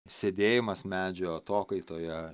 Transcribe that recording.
sėdėjimas medžio atokaitoje